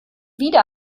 wieder